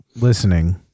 listening